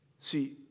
See